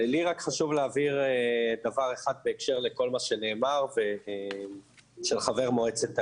לי חשוב להבהיר דבר אחד בהקשר לכל מה שנאמר על ידי חבר מועצת העיר: